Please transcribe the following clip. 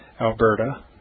Alberta